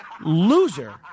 Loser